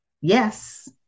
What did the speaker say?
Yes